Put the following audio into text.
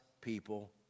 people